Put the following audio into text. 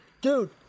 Dude